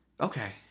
Okay